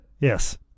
Yes